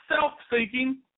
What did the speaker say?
self-seeking